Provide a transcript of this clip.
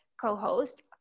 co-host